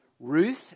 Ruth